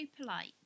polite